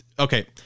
okay